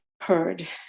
heard